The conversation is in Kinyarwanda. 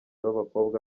babakobwa